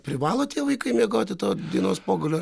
privalo tie vaikai miegoti to dienos pogulio